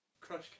Crush